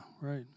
right